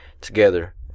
together